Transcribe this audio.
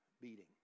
beating